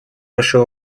вашем